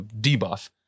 debuff